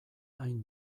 hain